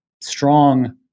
strong